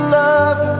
love